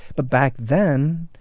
but back then,